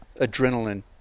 adrenaline